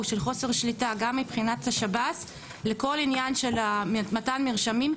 של חוסר שליטה גם מבחינת השב"ס לכל עניין של מתן מרשמים,